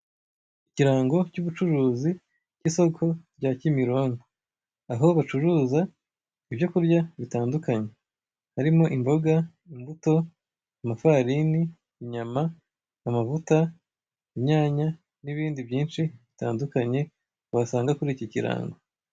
Ikirango cy'ubucuruzi k'isoko rya Kimironko aho bacuruza ibyo kurya bitandukanye harimo imboga, imbuto, amafarini, inyama, amavuta, inyanya n'ibindi byinshi bitandukanye wasanga kuri iki kirango.